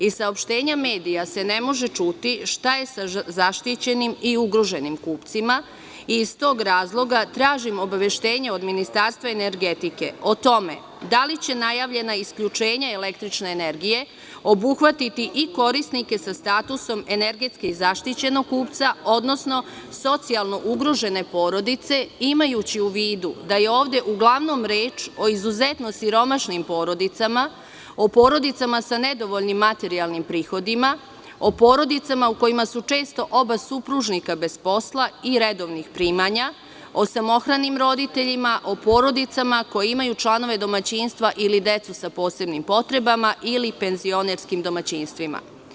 Iz saopštenja medija se ne može čuti šta je sa zaštićenim i ugroženim kupcima i iz tog razloga tražim obaveštenje od Ministarstva energetike o tome da li će najavljena isključenja električne energije obuhvatiti i korisnike sa statusom energetski zaštićenog kupca, odnosno socijalno ugrožene porodice, imajući u vidu da je ovde uglavnom reč o izuzetno siromašnim porodicama, o porodicama sa nedovoljnim materijalnim prihodima, o porodicama u kojima su često oba supružnika bez posla i redovnih primanja, o samohranim roditeljima, o porodicama koje imaju članove domaćinstva ili decu sa posebnim potrebama ili penzionerskim domaćinstvima.